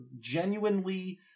genuinely